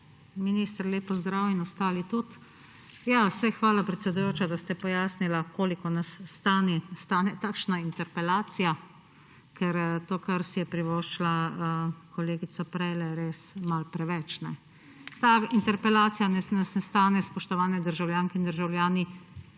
Minister, lep pozdrav in ostali, tudi! Hvala, predsedujoča, da ste pojasnili, koliko nas stane takšna interpelacija. To, kar si je privoščila kolegica prej, je res malo preveč. Ta interpelacija nas ne stane, spoštovane državljanke in državljani,